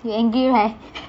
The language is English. you angry right